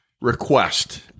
request